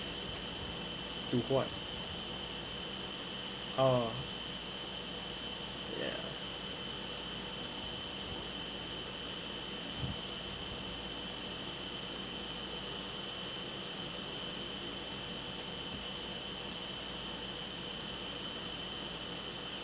to what oh ya